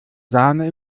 sahne